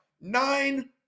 Nine